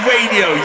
Radio